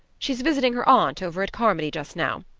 she's visiting her aunt over at carmody just now.